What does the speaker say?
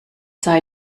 sei